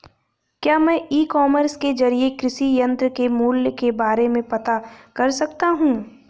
क्या मैं e commerce के ज़रिए कृषि यंत्र के मूल्य के बारे में पता कर सकता हूँ?